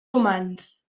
humans